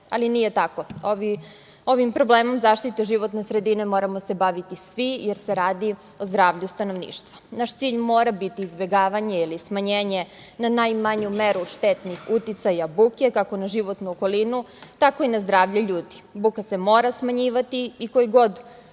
ali nije tako. Ovim problemom zaštite životne sredine moramo se baviti svi, jer se radi o zdravlju stanovništva. Naš cilj mora biti izbegavanje ili smanjenje na najmanju meru štetnih uticaja buke, kako na životnu okolinu, tako i na zdravlje ljudi. Buka se mora smanjivati i koji god